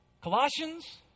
Colossians